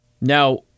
Now